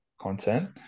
content